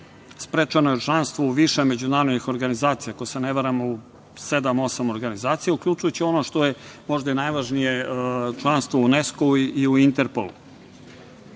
sprečeno je članstvo u više međunarodnih organizacija, ako se ne varam u sedam, osam organizacija, uključujući ono što je možda i najvažnije članstvo u UNESKO i u Interpol. Beograd